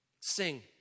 Sing